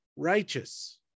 righteous